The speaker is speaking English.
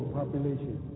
population